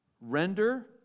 Render